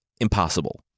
Impossible